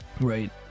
right